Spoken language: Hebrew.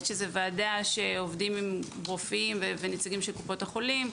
שזה ועדה שעובדים עם רופאים ונציגי קופות החולים.